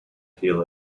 heal